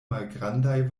malgrandaj